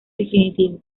definitivo